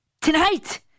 tonight